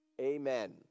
Amen